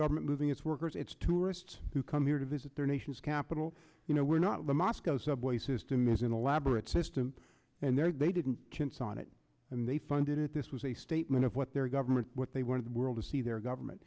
government moving its workers it's tourists who come here to visit their nation's capital you know we're not moscow subway system is an elaborate system and they're they didn't consign it and they funded it this was a statement of what their government what they wanted the world to see their government